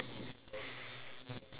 corn